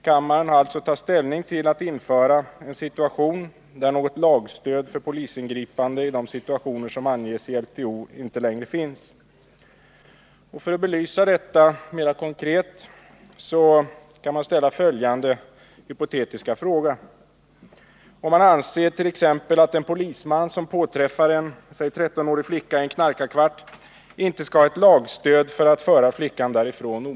Kammaren har alltså att ta ställning till att införa en situation, där något lagstöd för polisingripande i de situationer som anges i LTO inte längre finns. För att belysa detta konkret vill jag ställa följande hypotetiska fråga: Skall en polisman, som påträffar en — säg 13-årig flicka — i en knarkarkvart, inte ha ett lagstöd för att omedelbart föra flickan därifrån?